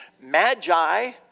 magi